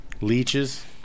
Leeches